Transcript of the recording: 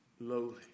lowly